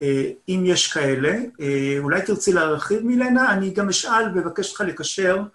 אם יש כאלה, אולי תרצי להרחיב מילנה, אני גם אשאל ואבקש אותך לקשר.